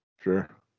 Sure